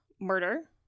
murder